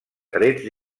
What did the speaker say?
trets